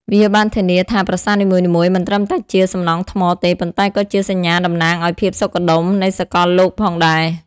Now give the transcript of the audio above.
វាបានធានាថាប្រាសាទនីមួយៗមិនត្រឹមតែជាសំណង់ថ្មទេ ប៉ុន្តែក៏ជាសញ្ញាតំណាងឲ្យភាពសុខដុមនៃសកលលោកផងដែរ។